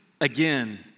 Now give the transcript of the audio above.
again